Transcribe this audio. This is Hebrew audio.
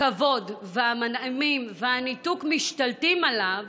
הכבוד והמנעימים והניתוק משתלטים עליו